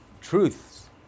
truths